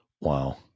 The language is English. Wow